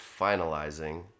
finalizing